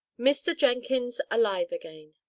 mr. jenkins alive again.